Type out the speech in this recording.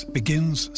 begins